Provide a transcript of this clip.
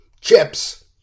Chips